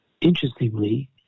interestingly